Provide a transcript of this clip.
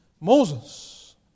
Moses